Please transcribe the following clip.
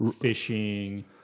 fishing